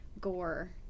gore